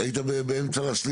הביצוע?